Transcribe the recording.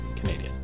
Canadian